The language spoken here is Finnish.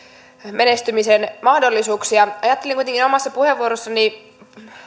menestymisen mahdollisuuksia ajattelin kuitenkin omassa puheenvuorossani